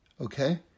Okay